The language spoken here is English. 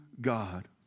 God